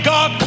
God